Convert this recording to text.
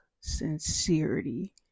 sincerity